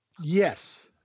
Yes